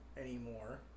anymore